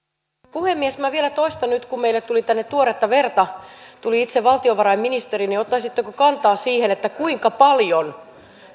puhemies minä vielä toistan nyt kun meille tuli tänne tuoretta verta tuli itse valtiovarainministeri että ottaisitteko kantaa siihen kuinka paljon